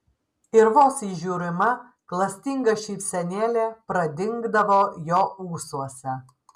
ir vos įžiūrima klastinga šypsenėlė pradingdavo jo ūsuose